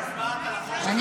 איך הצבעת על החוק של מאיר כהן?